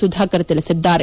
ಸುಧಾಕರ್ ತಿಳಿಸಿದ್ದಾರೆ